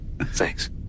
thanks